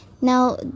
Now